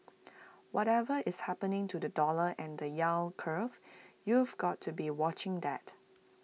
whatever is happening to the dollar and the yield curve you've got to be watching that